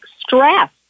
stress